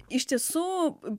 iš tiesų